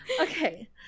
Okay